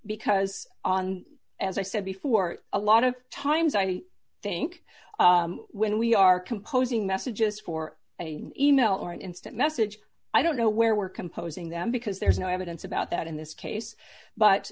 because as i said before a lot of times i think when we are composing messages for an email or an instant message i don't know where we're composing them because there's no evidence about that in this case but